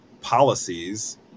policies